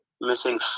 missing